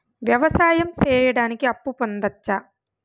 వ్యవసాయం సేయడానికి అప్పు పొందొచ్చా?